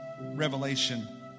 Revelation